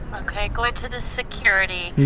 um going to the security.